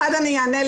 אני אענה.